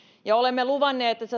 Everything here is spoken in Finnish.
ja olemme luvanneet että